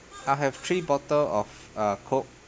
I have three bottle of uh coke